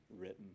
written